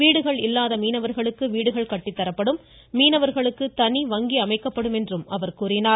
வீடுகள் இல்லாத மீனவர்களுக்கு வீடுகள் கட்டித்தரப்படும் மீனவர்களுக்கு தனி வங்கி அமைக்கப்படும் என்றும் கூறினார்